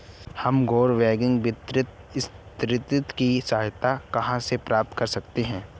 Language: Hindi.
हम गैर बैंकिंग वित्तीय संस्थानों की सहायता कहाँ से प्राप्त कर सकते हैं?